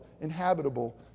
inhabitable